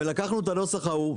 ולקחנו את הנוסח ההוא,